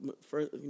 First